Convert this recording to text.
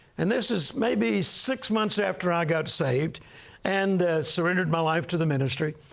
and this is maybe six months after i got saved and surrendered my life to the ministry.